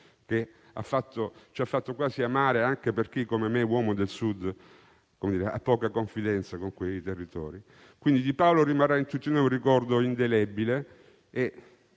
che ha fatto quasi amare anche a chi, come me, uomo del Sud, ha poca confidenza con quei territori. Di Paolo rimarrà in tutti noi un ricordo indelebile e